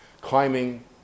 climbing